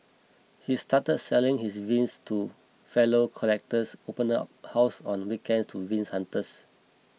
he started selling his vinyls to fellow collectors open up house on weekends to vinyl hunters